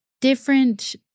different